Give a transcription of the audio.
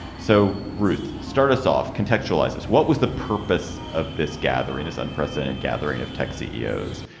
so, ruth, start us off contextualizes what was the purpose of this gathering, this unprecedented gathering of tech ceos?